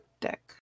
deck